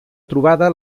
trobada